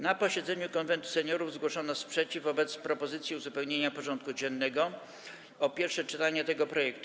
Na posiedzeniu Konwentu Seniorów zgłoszono sprzeciw wobec propozycji uzupełnienia porządku dziennego o pierwsze czytanie tego projektu.